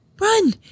Run